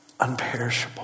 unperishable